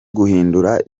guhindura